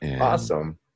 Awesome